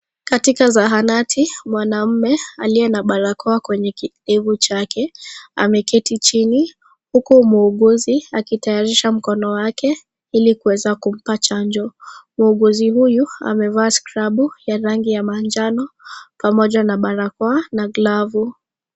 Katika zahanati mwanaume aliye na barakoa kwenye kidevu chake ameketi chini huko muuguzi akitayarisha mkono wake ili kuweza kumpa chanjo. Muuguzi huyu amevaa skrabu ya rangi ya manjano pamoja na barakoa na glovu.